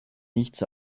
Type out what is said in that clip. nichts